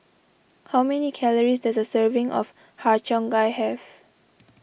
how many calories does a serving of Har Cheong Gai have